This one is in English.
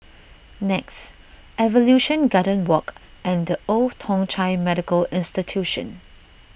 Nex Evolution Garden Walk and the Old Thong Chai Medical Institution